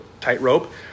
tightrope